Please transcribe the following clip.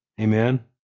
Amen